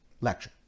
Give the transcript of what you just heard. lecture